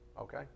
okay